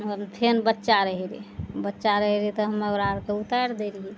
फेन बच्चा रहय रहय बच्चा रहय रहय तऽ हम्मे ओकरा आरके उतारि दै रहियै